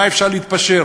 על מה אפשר להתפשר?